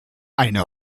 eine